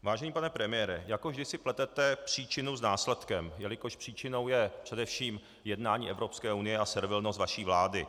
Vážený pane premiére, jako vždy si pletete příčinu s následkem, jelikož příčinou je především jednání Evropské unie a servilnost vaší vlády.